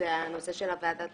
זה הנושא של הוועדה